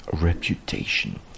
reputation